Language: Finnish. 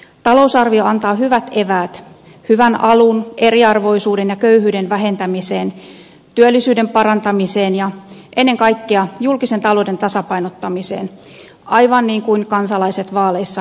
talousarvio antaa hyvät eväät hyvän alun eriarvoisuuden ja köyhyyden vähentämiseen työllisyyden parantamiseen ja ennen kaikkea julkisen talouden tasapainottamiseen aivan niin kuin kansalaiset vaaleissa halusivat